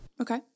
Okay